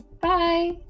Bye